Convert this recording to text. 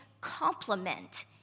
complement